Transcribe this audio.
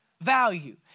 value